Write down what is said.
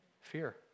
Fear